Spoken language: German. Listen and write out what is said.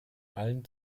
allen